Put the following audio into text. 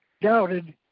doubted